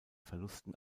verlusten